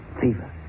fever